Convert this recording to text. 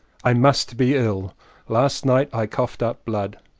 i must be ill last night i coughed up blood.